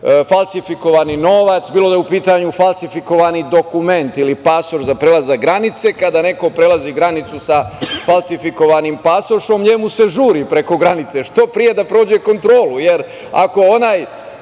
falsifikovani novac, bilo da je u pitanju falsifikovani dokument ili pasoš za prelazak granice. Kada neko prelazi granicu sa falsifikovanim pasošem, njemu se žuri preko granice, što pre da prođe kontrolu, jer ako onaj